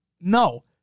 no